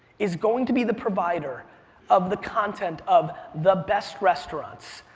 is going to be the provider of the content of the best restaurants,